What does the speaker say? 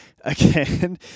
again